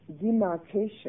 demarcation